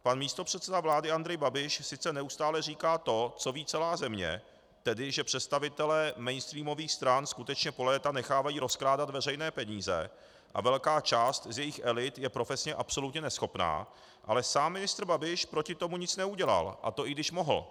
Pan místopředseda vlády Andrej Babiš sice neustále říká to, co ví celá země, tedy že představitelé mainstreamových stran skutečně po léta nechávají rozkrádat veřejné peníze a velká část z jejich elit je profesně absolutně neschopná, ale sám ministr Babiš proti tomu nic neudělal, a to i když mohl.